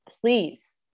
please